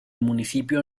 municipio